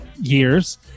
years